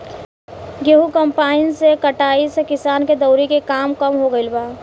गेंहू कम्पाईन से कटाए से किसान के दौवरी के काम कम हो गईल बा